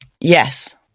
Yes